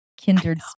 kindred